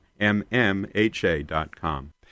mmha.com